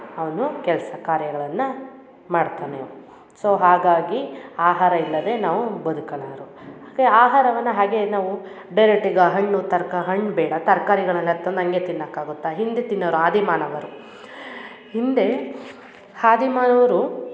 ಅವನು ಕೆಲಸ ಕಾರ್ಯಗಳನ್ನ ಮಾಡ್ತಾನೆ ಸೊ ಹಾಗಾಗಿ ಆಹಾರ ಇಲ್ಲದೆ ನಾವು ಬದುಕಲಾರು ಹಾಗೆ ಆಹಾರವನ್ನ ಹಾಗೆ ನಾವು ಡೈರೆಕ್ಟ್ ಈಗ ಹಣ್ಣು ತರ್ಕ ಹಣ್ಣು ಬೇಡ ತರ್ಕಾರಿಗಳನ್ನ ತಂದು ಹಂಗೆ ತಿನ್ನಕ ಆಗುತ್ತ ಹಿಂದೆ ತಿನ್ನೋರು ಆದಿ ಮಾನವರು ಹಿಂದೆ ಆದಿ ಮಾನವರು